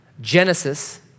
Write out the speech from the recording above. Genesis